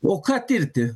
o ką tirti